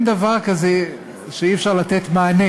אין דבר כזה שאי-אפשר לתת מענה.